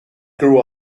grew